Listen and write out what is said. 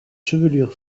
chevelure